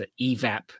evap